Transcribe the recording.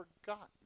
forgotten